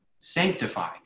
sanctify